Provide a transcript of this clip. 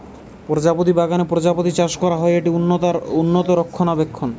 প্রজাপতি বাগানে প্রজাপতি চাষ করা হয়, এটি উন্নত রক্ষণাবেক্ষণ